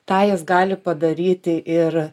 tą jis gali padaryti ir